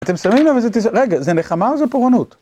אתם שמים לב... רגע, זה נחמה או זה פורענות?